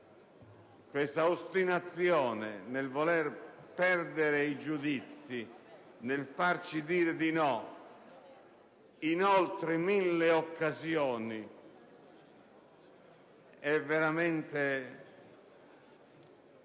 Questa ostinazione nel voler perdere i giudizi, nel farci dire di no in oltre mille occasioni è qualcosa